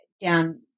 down